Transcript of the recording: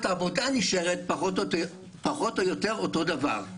העבודה נשארת פחות או יותר אותו הדבר.